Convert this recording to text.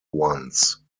ones